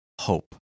hope